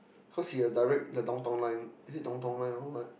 cause he a direct Downtown Line is it Downtown Line or what